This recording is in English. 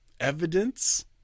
evidence